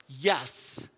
Yes